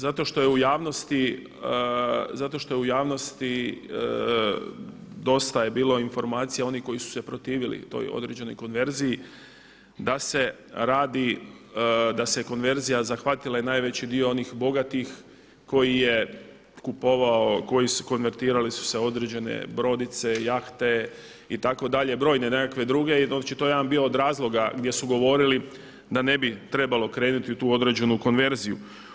Zato što je u javnosti dosta je bilo informacija onih koji su se protivili toj određenoj konverziji da se radi, da se konverzija zahvatila je najveći dio onih bogatih koji je kupovao, koji su konvertirale su se određene brodice, jahte itd. brojne nekakve druge i očito je jedan od razloga bio gdje su govorili da ne bi trebalo krenuti u tu određenu konverziju.